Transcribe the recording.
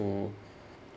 to